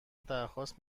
درخواست